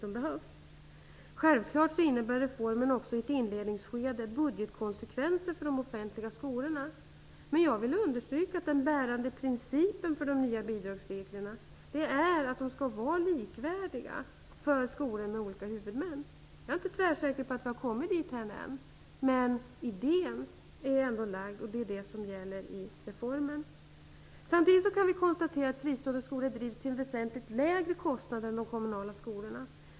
I ett inledningsskede innebär reformen självfallet också budgetkonsekvenser för de offentliga skolorna. Jag vill dock understryka att den bärande principen för de nya bidragsreglerna är att de skall vara likvärdiga för skolor med olika huvudmän. Jag är inte tvärsäker på att vi har kommit dithän än, men idén har ändå lagts fram. Det är det som gäller i reformen. Samtidigt kan vi konstatera att fristående skolor drivs till en väsentligt lägre kostnad än de kommunala skolorna.